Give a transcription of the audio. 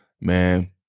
man